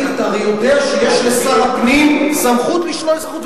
אתה הרי יודע שבחוק הנוכחי יש לשר הפנים סמכות לשלול אזרחות,